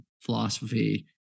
philosophy